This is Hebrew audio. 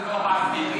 רב זה לא רק ביבי,